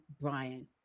Brian